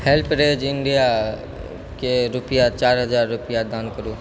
HelpAge इण्डियाके रूपैआ चारि हजार रूपैआ दान करू